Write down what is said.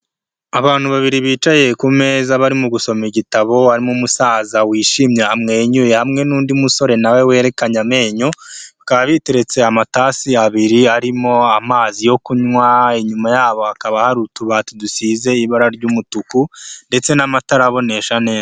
Abantu babiri bicaye ku meza bari gusoma igitabo harimo umusaza wishimye amwenyura, hamwe n'undi musore na we werekanye amenyo bakaba biteretse amatasi abiri arimo amazi yo kunywa, inyuma yabo hakaba hari utubati dusize ibara ry'umutuku ndetse n'amatara abonesha neza.